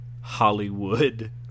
Hollywood